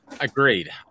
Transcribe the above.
Agreed